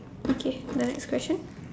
okay the next question